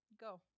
go